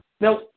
Now